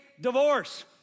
divorce